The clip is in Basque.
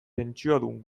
pentsiodun